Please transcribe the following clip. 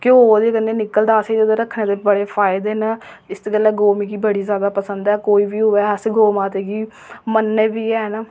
घ्योऽ ओह्दे कन्नै निकलदा असेंगी ओह्दे रक्खने दे बड़े फायदे न इस गल्ला गौऽ मिगी बड़ी पसंद ऐ कोई बी होऐ अस गौऽ माता गी मन्नने बी हैन